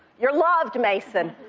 you're loved, mason.